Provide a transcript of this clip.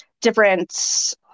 different